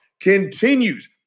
continues